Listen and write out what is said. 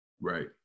right